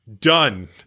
done